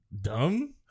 dumb